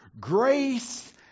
Grace